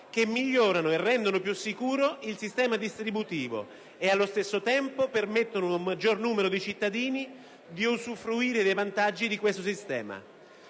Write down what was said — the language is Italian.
che migliorano e rendono più sicuro il sistema distributivo e, allo stesso tempo, permettono ad un maggior numero di cittadini di usufruire dei vantaggi di questo sistema.